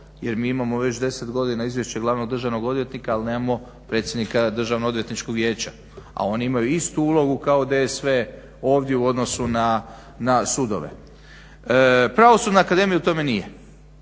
jer mi imamo već 10 godina izvješće glavnog državnog odvjetnika ali nemamo predsjednika Državnog odvjetničkog vijeća, a oni imaju istu ulogu kao DSV ovdje u odnosu na sudove. Pravosudna akademija u tome nije.